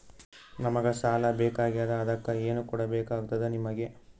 ನಮಗ ಸಾಲ ಬೇಕಾಗ್ಯದ ಅದಕ್ಕ ಏನು ಕೊಡಬೇಕಾಗ್ತದ ನಿಮಗೆ?